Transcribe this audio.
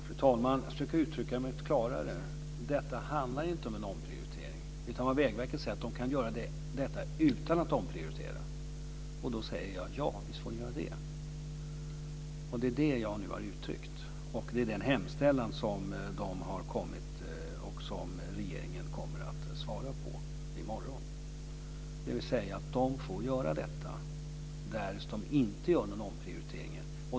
Fru talman! Jag ska försöka uttrycka mig klarare. Detta handlar inte en omprioritering. Vägverket säger att de kan göra detta utan att omprioritera. Då säger jag att de får göra det. Det är det jag nu har uttryckt. Det är den hemställan som de har kommit med och som regeringen på torsdag kommer att svara på. De får alltså göra detta, därest de inte gör någon omprioritering.